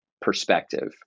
perspective